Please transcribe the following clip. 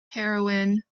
heroine